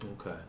Okay